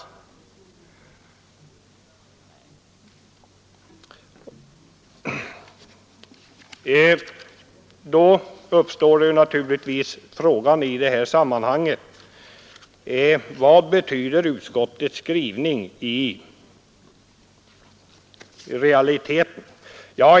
I det sammanhanget uppstår naturligtvis frågan: Vad betyder utskottets skrivning i realiteten?